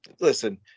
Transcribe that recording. listen